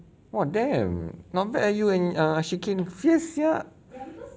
!wah! damn not bad ah you when ah asyikin fails sia